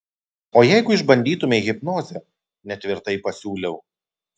o jeigu išbandytumei hipnozę netvirtai pasiūliau